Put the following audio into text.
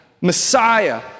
Messiah